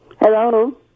Hello